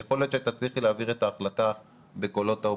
יכול להיות שתצליחי להעביר את ההחלטה בקולות האופוזיציה,